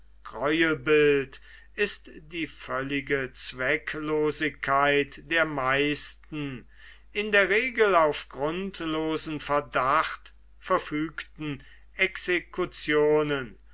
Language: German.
diesem greuelbild ist die völlige zwecklosigkeit der meisten in der regel auf grundlosen verdacht verfügten exekutionen